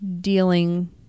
dealing